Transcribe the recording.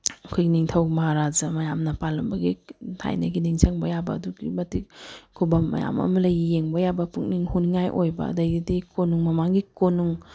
ꯑꯩꯈꯣꯏ ꯅꯤꯡꯊꯧ ꯃꯍꯥꯔꯥꯖꯥ ꯃꯌꯥꯝꯅ ꯄꯥꯜꯂꯝꯕꯒꯤ ꯊꯥꯏꯅꯒꯤ ꯅꯤꯡꯁꯤꯡꯕ ꯌꯥꯕ ꯑꯗꯨꯛꯀꯤ ꯃꯇꯤꯛ ꯈꯨꯕꯝ ꯃꯌꯥꯝ ꯑꯃ ꯂꯩ ꯌꯦꯡꯕ ꯌꯥꯕ ꯄꯨꯛꯅꯤꯡ ꯍꯨꯅꯤꯡꯉꯥꯏ ꯑꯣꯏꯕ ꯑꯗꯒꯤꯗꯤ ꯀꯣꯅꯨꯡ ꯃꯃꯥꯡꯒꯤ ꯀꯣꯅꯨꯡ